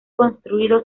construido